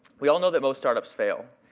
we all know that most startups fail.